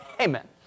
Amen